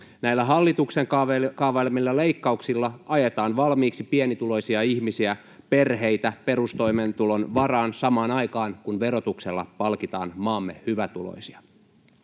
Näillä hallituksen kaavailemilla leikkauksilla ajetaan valmiiksi pienituloisia ihmisiä, perheitä, perustoimeentulon varaan samaan aikaan, kun verotuksella palkitaan maamme hyvätuloisia.